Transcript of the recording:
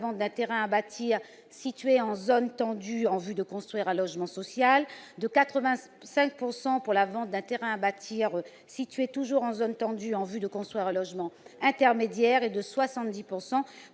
vente d'un terrain à bâtir situé en zone tendue, en vue de construire un logement social ; de 85 % pour la vente d'un terrain à bâtir situé en zone tendue, en vue de construire un logement intermédiaire ; et de 70 % pour